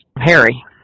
Harry